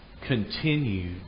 continue